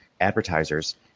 advertisers